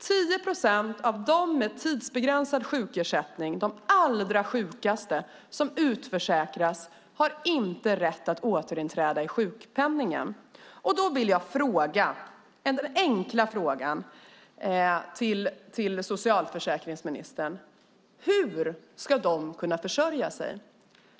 10 procent av dem med tidsbegränsad sjukersättning, de allra sjukaste, utförsäkras och har inte rätt att återinträda i sjukpenningen. Då vill jag ställa en enkel fråga till socialförsäkringsministern: Hur ska de kunna försörja sig?